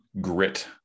grit